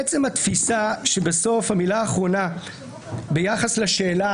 אבל עצם התפיסה שבסוף המילה האחרונה ביחס לשאלה